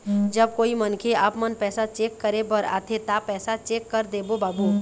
जब कोई मनखे आपमन पैसा चेक करे बर आथे ता पैसा चेक कर देबो बाबू?